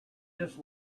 just